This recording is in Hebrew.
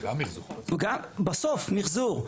בסוף מחזור.